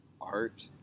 art